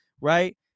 Right